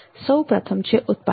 સૌપ્રથમ છે ઉત્પાદન